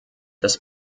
des